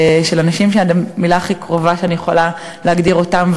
של אנשים שהמילה הכי קרובה שבה אני יכולה להגדיר אותם,